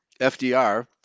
FDR